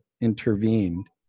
intervened